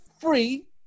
free